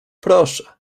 proszę